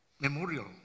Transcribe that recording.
Memorial